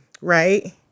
Right